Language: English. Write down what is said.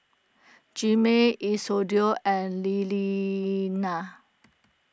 Jaime Isidore and Liliana